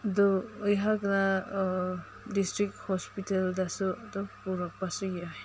ꯑꯗꯨ ꯑꯩꯍꯥꯛꯅ ꯗꯤꯁꯇ꯭ꯔꯤꯛ ꯍꯣꯁꯄꯤꯇꯥꯜꯗꯁꯨ ꯑꯗꯨ ꯄꯨꯔꯛꯄꯁꯨ ꯌꯥꯏ